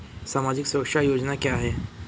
सामाजिक सुरक्षा योजना क्या है?